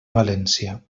valència